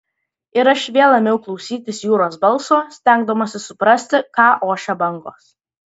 ir aš vėl ėmiau klausytis jūros balso stengdamasis suprasti ką ošia bangos